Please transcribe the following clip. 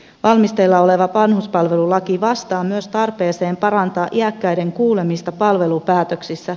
valmisteilla oleva vanhuspalvelulaki vastaa myös tarpeeseen parantaa iäkkäiden kuulemista palvelupäätöksissä